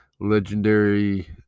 legendary